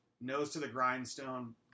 nose-to-the-grindstone